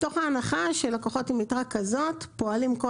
מתוך ההנחה שלקוחות עם יתרה כזאת פועלים כל